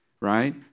right